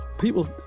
People